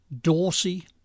Dorsey